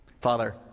father